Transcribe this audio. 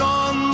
on